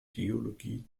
theologie